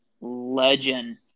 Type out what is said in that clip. legend